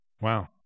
Wow